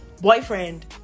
boyfriend